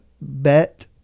bet